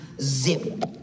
zip